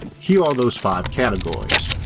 here are those five categories.